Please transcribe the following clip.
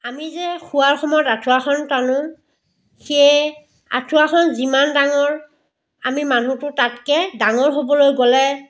আমি যে শোৱাৰ সময়ত আঠুৱাখন টানো সেই আঠুৱাখন যিমান ডাঙৰ আমি মানুহটো তাতকৈ ডাঙৰ হ'বলৈ গ'লে